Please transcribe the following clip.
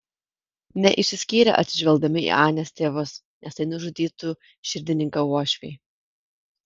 neišsiskyrė atsižvelgdami į anės tėvus nes tai nužudytų širdininką uošvį